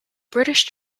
british